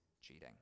cheating